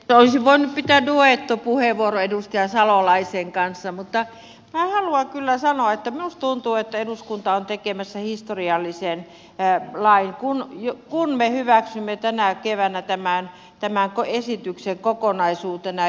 olisin voinut pitää duettopuheenvuoron edustaja salolaisen kanssa mutta minä haluan kyllä sanoa että minusta tuntuu että eduskunta on tekemässä historiallisen lain kun me hyväksymme tänä keväänä tämän esityksen kokonaisuutena